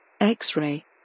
X-Ray